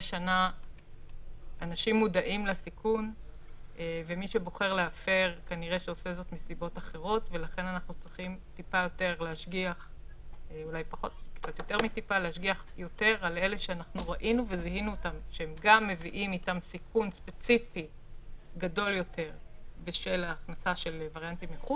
לוביסטית ציבורית בלובי 99. אנחנו שלחנו מכתב